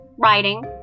writing